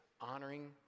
honoring